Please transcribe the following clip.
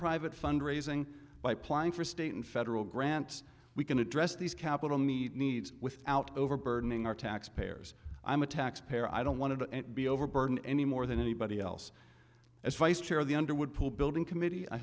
private fund raising by plying for state and federal grants we can address these capital needs without overburdening our taxpayers i'm a taxpayer i don't want to be overburdened any more than anybody else as vice chair of the underwood pool building committee i